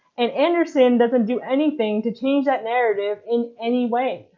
and anderson doesn't do anything to change that narrative in any way.